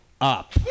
up